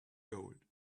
gold